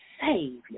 Savior